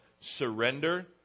surrender